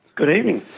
good evening.